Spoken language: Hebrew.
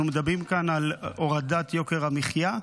אנחנו מדברים כאן על הורדת יוקר המחיה.